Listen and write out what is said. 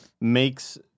makes